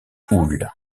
houle